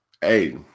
Hey